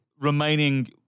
remaining